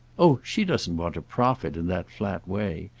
oh she doesn't want to profit, in that flat way.